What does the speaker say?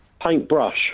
Paintbrush